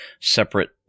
separate